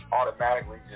automatically